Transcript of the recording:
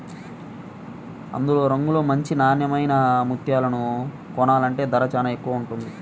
అందంలో, రంగులో మంచి నాన్నెమైన ముత్యాలను కొనాలంటే ధర చానా ఎక్కువగా ఉంటది